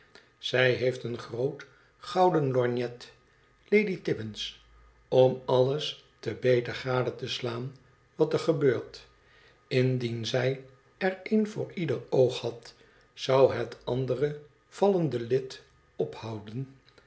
zij heeft een groot gouden lorgnet lady tippins om alle te beter gade te slaan wat er gebeurt indien zij er een voor ieder oog had zou het andere vallende lid ophouden